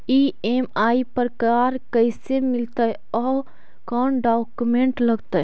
EMI पर car कैसे मिलतै औ कोन डाउकमेंट लगतै?